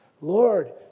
Lord